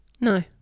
No